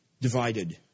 divided